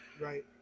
Right